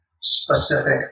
specific